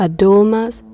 Adomas